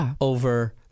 over